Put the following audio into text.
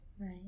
Right